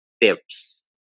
tips